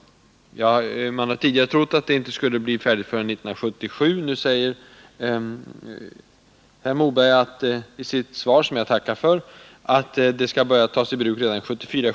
Man har tidigare trott att detta sjukhus inte skulle bli färdigt förrän år 1977, men nu säger herr Moberg i sitt svar, som jag tackar för, att det kan börja tas i bruk redan 1974/75.